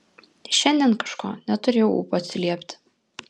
šiandien kažko neturėjau ūpo atsiliepti